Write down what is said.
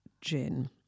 gin